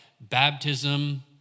baptism